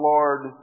Lord